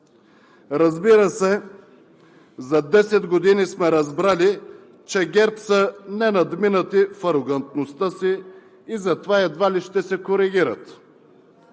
Разбира се, за 10 години сме разбрали, че ГЕРБ са ненадминати в арогантността си и затова едва ли ще се коригират.